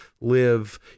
live